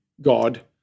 God